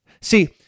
See